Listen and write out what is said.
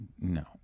No